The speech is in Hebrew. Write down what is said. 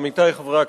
עמיתי חברי הכנסת,